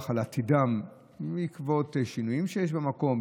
על עתידם בעקבות שינויים שיש במקום,